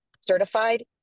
certified